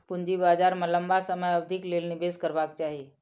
पूंजी बाजार में लम्बा समय अवधिक लेल निवेश करबाक चाही